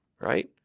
right